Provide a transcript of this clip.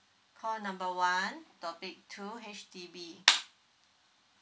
call number one topic two H_D_B